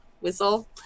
whistle